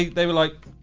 they were like,